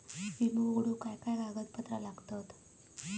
विमो उघडूक काय काय कागदपत्र लागतत?